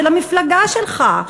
של המפלגה שלך.